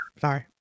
Sorry